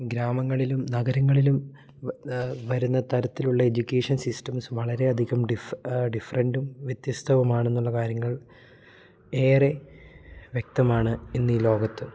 ഗ്രാമങ്ങളിലും നഗരങ്ങളിലും വ് വരുന്ന തരത്തിലുള്ള എഡ്യൂക്കേഷൻ സിസ്റ്റംസ് വളരെ അധികം ഡിഫ ഡിഫ്രൻറ്റും വ്യത്യസ്തവുമാണ് എന്നുള്ള കാര്യങ്ങൾ ഏറെ വ്യക്തമാണ് ഇന്നീ ലോകത്ത്